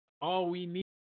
all-we-need